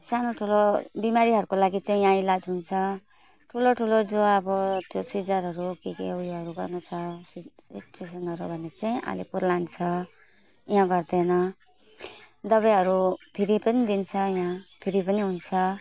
सानो ठुलो बिमारीहरूको लागि चाहिँ यहाँ इलाज हुन्छ ठुलो ठुलो जो अब त्यो सिजरहरू के के उयोहरू गर्नु छ सिटी स्केनहरू भने चाहिँ अलिपुर लान्छ यहाँ गर्दैन दबाईहरू फ्री पनि दिन्छ यहाँ फ्री पनि हुन्छ